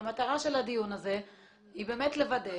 מטרת הדיון הזה היא לוודא